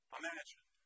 imagine